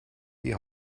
die